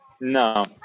No